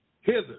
hither